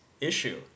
issue